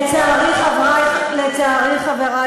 תחנה כוח רגילה או גרעינית?